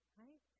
right